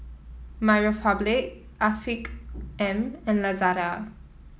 MyRepublic Afiq M and Lazada